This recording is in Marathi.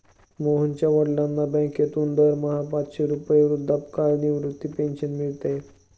मोहनच्या वडिलांना बँकेतून दरमहा पाचशे रुपये वृद्धापकाळ निवृत्ती पेन्शन मिळते